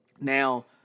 Now